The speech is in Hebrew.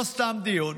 לא סתם דיון.